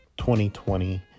2020